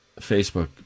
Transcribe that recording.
Facebook